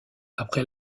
après